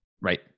Right